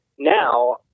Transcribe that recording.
now